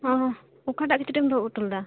ᱚᱠᱟᱴᱟᱜ ᱠᱤᱪᱨᱤᱡ ᱮᱢ ᱫᱚᱦᱚ ᱚᱴᱚ ᱞᱮᱫᱟ